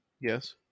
yes